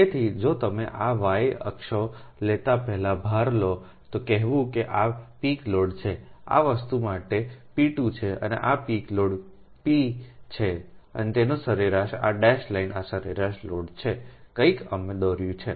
તેથી જો તમે આ વાય અક્ષો લેતા પહેલા ભાર લો તે કહેવું કે આ પીક લોડ છે આ વસ્તુ માટે p 2 છે અને પીક લોડ p પી છે અને તેની સરેરાશ આ ડેશ લાઇન એ સરેરાશ લોડ છેકંઈક અમે દોર્યું છે